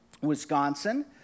Wisconsin